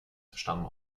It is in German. stammen